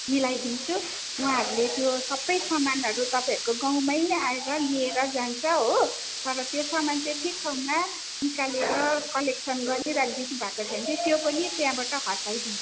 मिलाइदिन्छु उहाँहरूले त्यो सबै सामानहरू तपाईँहरूको गाउँमै आएर लिएर जान्छ हो तर त्यो सामान चाहिँ ठिक ठाउँमा निकालेर कलेक्सन गरिदिइराखिदिनु भएको छ भने चाहिँ त्यो पनि त्यहाँबाट हटाइदिन्छ